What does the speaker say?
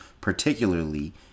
particularly